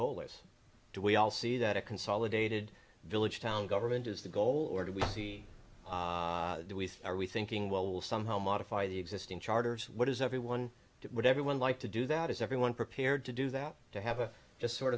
goal is to we all see that a consolidated village town government is the goal or do we see do we are we thinking will somehow modify the existing charters what is everyone what everyone like to do that is everyone prepared to do that to have a just sort